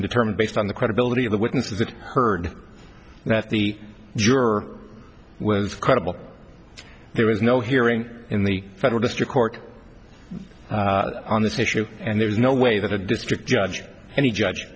determined based on the credibility of the witnesses that heard that the juror was credible there was no hearing in the federal district court on this issue and there is no way that a district judge any judge